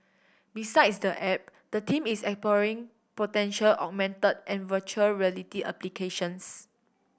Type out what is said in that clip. besides the app the team is exploring potential augmented and virtual reality applications